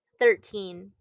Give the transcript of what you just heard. Thirteen